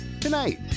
Tonight